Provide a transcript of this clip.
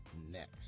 next